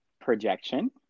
projection